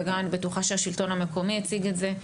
ואני בטוחה שגם השלטון המקומי יציג את זה.